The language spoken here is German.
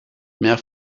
mehr